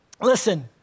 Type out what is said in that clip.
listen